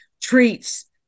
treats